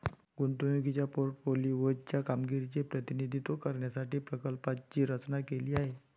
गुंतवणुकीच्या पोर्टफोलिओ च्या कामगिरीचे प्रतिनिधित्व करण्यासाठी प्रकल्पाची रचना केली आहे